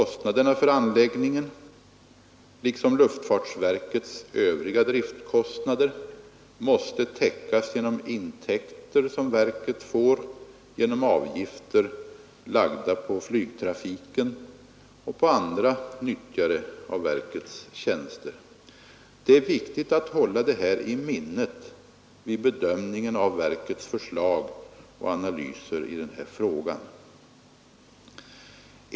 Kostnaderna för anläggningen, liksom luftfartsverkets övriga driftkostnader, måste täckas genom intäkter som verket får genom avgifter lagda på flygtrafiken och på andra nyttjare av verkets tjänster. Det är viktigt att hålla detta i minnet vid bedömningen av verkets förslag och analyser i den här frågan.